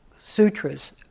sutras